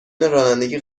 رانندگی